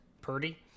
Purdy